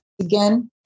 again